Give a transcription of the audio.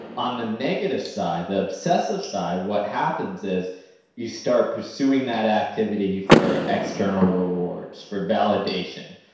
on the negative side, the obsessive side, what happens is you start pursing that activity for external rewards, for validation.